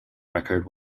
record